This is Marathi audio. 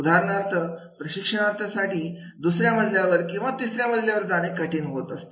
उदाहरणार्थ प्रशिक्षणार्थीसाठी दुसऱ्या मजल्यावर किंवा तिसऱ्या मजल्यावर जाणे कठीण होत असते